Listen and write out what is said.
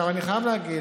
אני חייב להגיד,